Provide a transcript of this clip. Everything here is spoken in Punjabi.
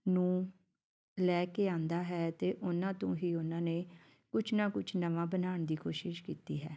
ਨੂੰ ਲੈ ਕੇ ਆਂਦਾ ਹੈ ਅਤੇ ਉਹਨਾਂ ਤੋਂ ਹੀ ਉਹਨਾਂ ਨੇ ਕੁਛ ਨਾ ਕੁਛ ਨਵਾਂ ਬਣਾਉਣ ਦੀ ਕੋਸ਼ਿਸ਼ ਕੀਤੀ ਹੈ